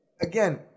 Again